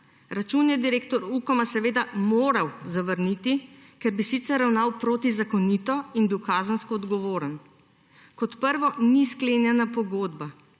Račun je direktor Ukoma seveda moral zavrniti, ker bi sicer ravnal protizakonito in bil kazensko odgovoren. Kot prvo, ni sklenjena pogodba,